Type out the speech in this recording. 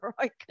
right